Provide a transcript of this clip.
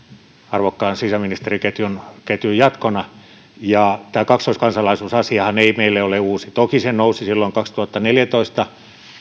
arvokkaan sisäministeriketjun jatkona tämä kaksoiskansalaisuusasiahan ei meille ole uusi toki se nousi silloin kaksituhattaneljätoista